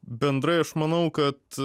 bendrai aš manau kad